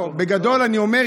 בגדול אני אומר,